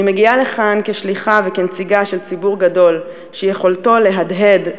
אני מגיעה לכאן כשליחה וכנציגה של ציבור גדול שיכולתו להדהד,